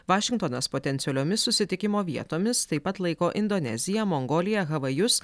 vašingtonas potencialiomis susitikimo vietomis taip pat laiko indoneziją mongoliją havajus